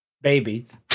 babies